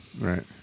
Right